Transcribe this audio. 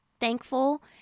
thankful